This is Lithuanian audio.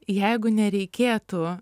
jeigu nereikėtų